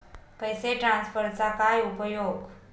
पैसे ट्रान्सफरचा काय उपयोग?